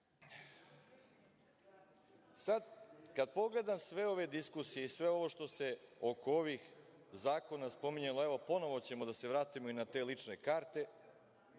valja? Kad pogledam sve ove diskusije i sve ovo što se oko ovih zakona spominjalo, evo, ponovo ćemo da se vratimo i na te lične karte